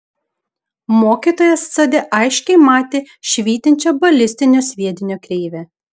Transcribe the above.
mokytojas sode aiškiai matė švytinčią balistinio sviedinio kreivę